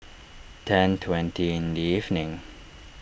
ten twenty in the evening